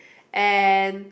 and